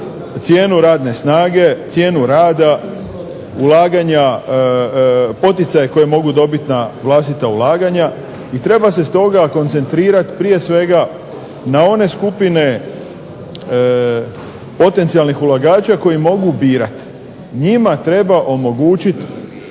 cijenu radne snage, cijenu rada, ulaganja, poticaje koje mogu dobiti na vlastita ulaganja i treba se stoga koncentrirati prije svega na one skupine potencijalnih ulagača koji mogu birati. Njima treba omogućiti